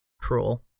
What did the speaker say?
cruel